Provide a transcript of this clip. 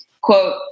Quote